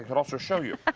could also show you.